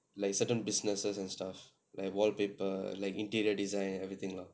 like certain businesses and stuffs like wallpaper like interior design everything lah ya ya ya